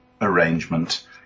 arrangement